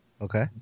Okay